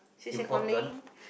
xie xie Guan Lin